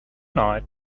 night